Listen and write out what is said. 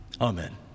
Amen